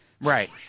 Right